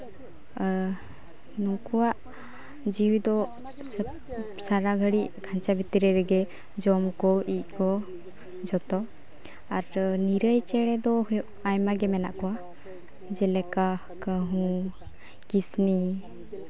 ᱱᱩᱠᱩᱣᱟᱜ ᱡᱤᱣᱤ ᱫᱚ ᱥᱟᱨᱟᱜᱷᱟᱹᱲᱤᱡ ᱠᱷᱟᱧᱪᱟ ᱵᱷᱤᱛᱨᱤ ᱨᱮᱜᱮ ᱡᱚᱢ ᱠᱚ ᱤᱡ ᱠᱚ ᱟᱨ ᱱᱤᱨᱟᱹᱭ ᱪᱮᱬᱮ ᱫᱚ ᱦᱩᱭᱩᱜ ᱟᱭᱢᱟᱜᱮ ᱢᱮᱱᱟᱜ ᱠᱚᱣᱟ ᱡᱮᱞᱮᱠᱟ ᱠᱟᱹᱦᱩ ᱠᱤᱥᱱᱤ